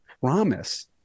promise